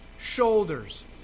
shoulders